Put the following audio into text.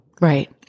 Right